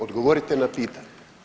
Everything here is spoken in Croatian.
Odgovorite na pitanje.